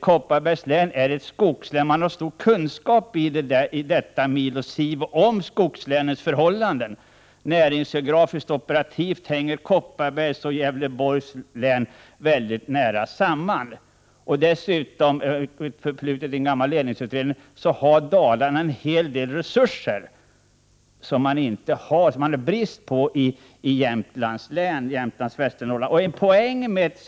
Kopparbergs län är ett skogslän, och man har i detta militäroch civilområde stor kunskap om skogslänens förhållanden. Näringsgeografiskt och operativt hänger Kopparbergs och Gävleborgs län mycket nära samman. Dessutom har Dalarna en hel del resurser som man har brist på i Jämtlands och Västernorrlands län.